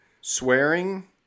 swearing